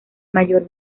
mayor